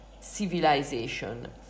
civilization